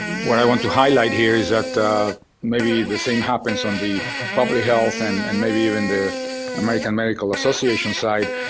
what i want to highlight here is that maybe the same happens on the public health and and maybe even the american medical association side,